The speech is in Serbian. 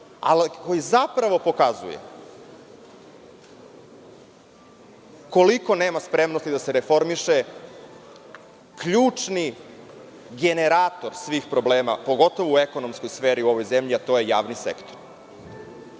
ali koji zapravo pokazuje koliko nema spremnosti da se reformiše ključni generator svih problema, pogotovo u ekonomskoj sferi u ovoj zemlji, a to je javni